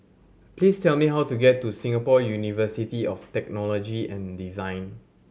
please tell me how to get to Singapore University of Technology and Design